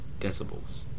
decibels